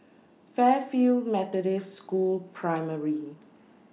Fairfield Methodist School Primary